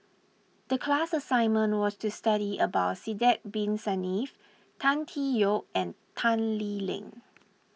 the class assignment was to study about Sidek Bin Saniff Tan Tee Yoke and Tan Lee Leng